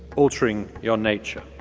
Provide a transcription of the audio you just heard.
altering your nature